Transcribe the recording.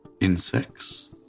Insects